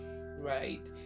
right